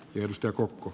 justyna kokko